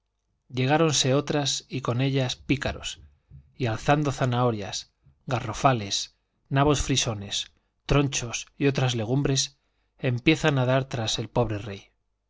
voces llegáronse otras y con ellas pícaros y alzando zanahorias garrofales nabos frisones tronchos y otras legumbres empiezan a dar tras el pobre rey